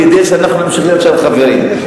כדי שאנחנו נמשיך להיות שם חברים.